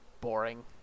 boring